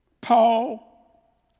Paul